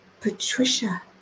Patricia